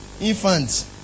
Infants